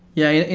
yeah yeah.